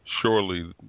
Surely